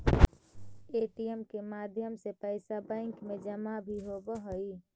ATM के माध्यम से पैइसा बैंक में जमा भी होवऽ हइ